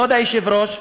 כבוד היושב-ראש,